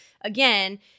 again